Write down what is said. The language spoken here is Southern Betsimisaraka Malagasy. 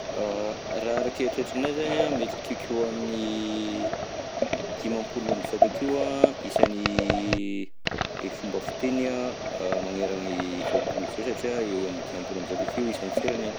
Raha araka ny eritreritranahy zany mety akekeo amin'ny dimampolo amby zato akeo an, isan'ny fomba fiteny an, a manerana izao tontolo izao satria eo ho eo amy dimampolo amby zato akeo isan'ny firenena.